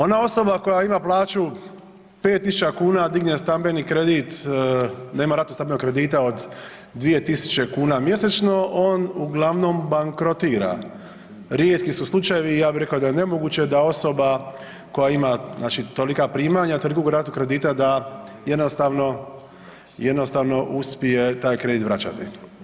Ona osoba koja ima plaću 5.000 kuna a digne stambeni kredit da ima ratu stambenog kredita od 2.000 kuna mjesečno on uglavnom bankrotira, rijetki su slučajevi i ja bi rekao da je nemoguće da osoba koja ima tolika primanja toliku ratu kredita da jednostavno, jednostavno uspije taj kredit vraćati.